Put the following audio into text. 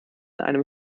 einem